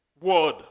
word